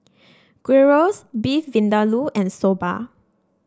Gyros Beef Vindaloo and Soba